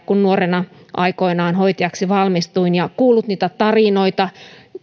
kun nuorena aikoinaan hoitajaksi valmistuin ja kuullut niitä tarinoita